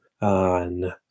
on